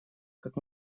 как